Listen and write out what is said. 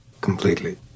Completely